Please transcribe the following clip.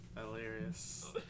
Hilarious